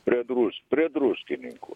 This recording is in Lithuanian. prie drus prie druskininkų